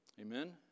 Amen